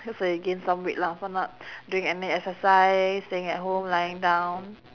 that's where you gain some weight lah for not doing any exercise staying at home lying down